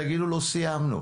תגידו לא סיימנו,